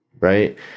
right